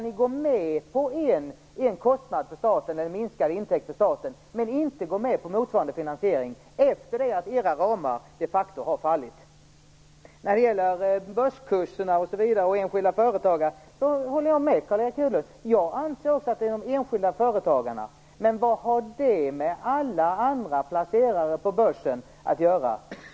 Ni går med på minskade intäkter för staten men inte på motsvarande finansiering efter det att era ramar de facto har fallit. När det gäller börskurser och enskilda företagare håller jag med Carl Erik Hedlund. Jag anser också att detta handlar om de enskilda företagarna. Men vad har det med alla andra placerare på börsen att göra.